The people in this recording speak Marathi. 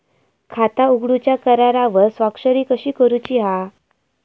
खाता उघडूच्या करारावर स्वाक्षरी कशी करूची हा?